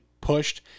pushed